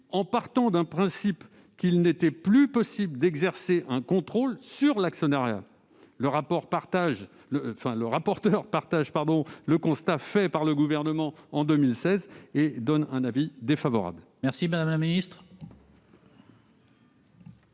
en partant du principe qu'il n'était plus possible d'exercer un contrôle sur l'actionnariat. La commission, qui partage le constat fait par le gouvernement en 2016, émet un avis défavorable sur cet amendement.